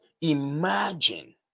imagine